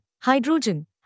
hydrogen